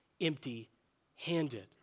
empty-handed